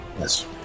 Yes